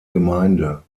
gemeinde